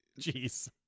Jeez